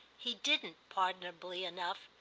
he didn't, pardonably enough,